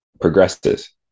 progresses